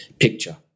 picture